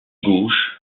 gauche